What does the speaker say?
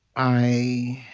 i